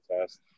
test